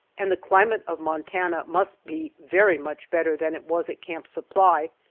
and the climate of montana must be very much better than it was at camp supply,